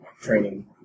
training